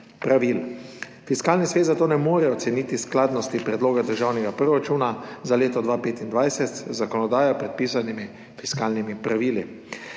Fiskalni svet zato ne more oceniti skladnosti predloga državnega proračuna za leto 2025 z zakonodajno predpisanimi fiskalnimi pravili.